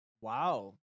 Wow